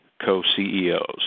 co-CEOs